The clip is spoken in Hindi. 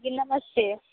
जी नमस्ते